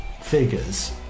figures